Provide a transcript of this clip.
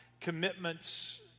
commitments